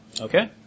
Okay